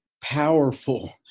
powerful